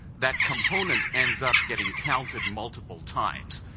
that component ends up getting counted multiple times.